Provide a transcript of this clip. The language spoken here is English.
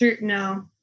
no